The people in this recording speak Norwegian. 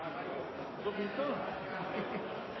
bistå, og da